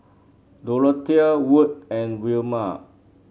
Dorothea Wood and Wilma